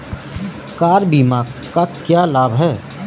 Car बीमा का क्या लाभ है?